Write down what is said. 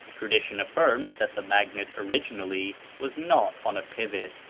tradition affirms that the magnet originally was not on a pivot,